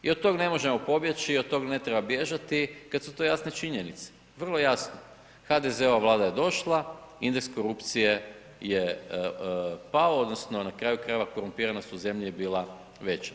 I od tog ne možemo pobjeći i od tog ne treba bježati kad su to jasne činjenice, vrlo jasno HDZ-ova vlada je došla, indeks korupcije je pao odnosno na kraju krajeva korumpiranost u zemlji je bila veća.